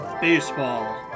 Baseball